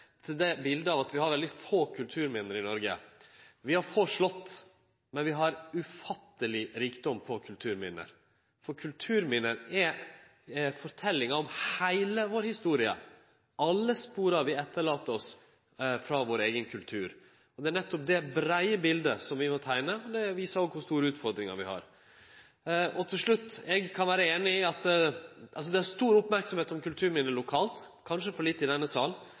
er til bildet av at vi har veldig få kulturminne i Noreg. Vi har få slott, men vi har ufatteleg rikdom av kulturminne. For kulturminne er forteljinga om heile vår historie – alle spora vi set etter oss frå vår eigen kultur. Det er nettopp det breie bildet som vi må teikne. Det viser òg kor store utfordringar vi har. Til slutt: Eg kan vere einig i at det er stor merksemd om kulturminne lokalt, og kanskje for lite i denne